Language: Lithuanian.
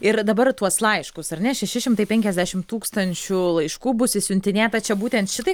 ir dabar tuos laiškus ar ne šeši šimtai penkiasdešim tūkstančių laiškų bus išsiuntinėta čia būtent šitai